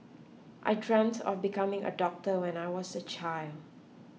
I dreamt of becoming a doctor when I was a child